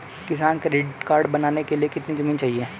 किसान credit card बनाने के लिए कितनी जमीन चाहिए?